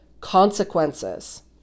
consequences